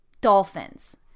dolphins